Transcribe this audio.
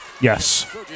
Yes